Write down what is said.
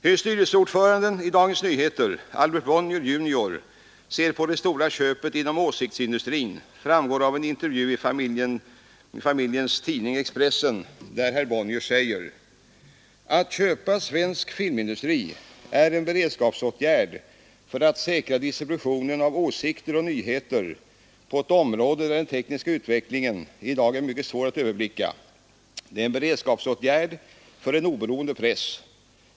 Hur styrelseordföranden i Dagens Nyheter, Albert Bonnier junior, ser på det stora köpet inom åsiktsindustrin framgår av en intervju i familjens tidning Expressen, där herr Bonnier säger: ”Att köpa SF är en beredskapsåtgärd för att säkra distributionen av åsikter och nyheter på ett område där den tekniska utvecklingen i dag är mycket svår att överblicka. Det är en beredskapsåtgärd för en oberoende press.